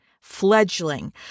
fledgling